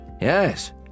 Yes